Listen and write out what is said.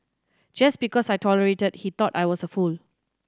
just because I tolerated he thought I was a fool